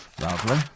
Lovely